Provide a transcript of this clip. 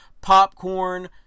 popcorn